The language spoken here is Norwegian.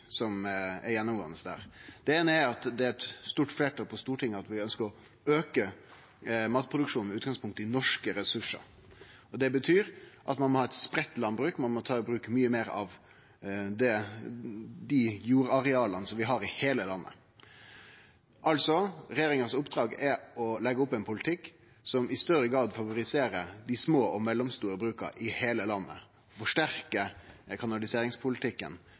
som er gjennomgåande der, som eg vil trekkje fram. Det eine er at det er eit stort fleirtal på Stortinget som seier at vi ønskjer å auke matproduksjonen med utgangspunkt i norske ressursar. Det betyr at ein må ha eit spreidd landbruk, og ein må ta i bruk mykje meir av dei jordareala som vi har i heile landet. Regjeringas oppdrag er å leggje opp ein politikk som i større grad favoriserer dei små og mellomstore bruka i heile landet, forsterkar kanaliseringspolitikken,